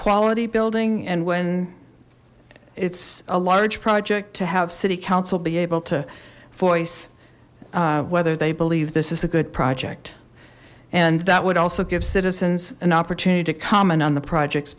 quality building and when it's a large project to have city council be able to voice whether they believe this is a good project and that would also give citizens an opportunity to comment on the projects